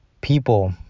people